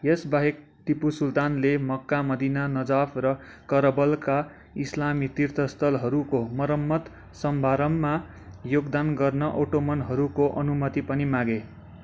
यसबाहेक टिपू सुल्तानले मक्का मदिना नजाफ र करबलका इस्लामी तीर्थस्थलहरूको मर्मत सम्भारमा योगदान गर्न ओटोमनहरूको अनुमति पनि मागे